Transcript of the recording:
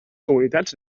comunitats